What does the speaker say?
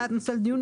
העלאת נושא לדיון,